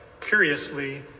curiously